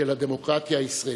של הדמוקרטיה הישראלית.